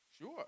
Sure